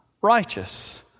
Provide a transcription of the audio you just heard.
righteous